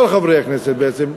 כל חברי הכנסת בעצם,